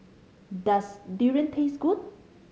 does durian taste good